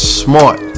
smart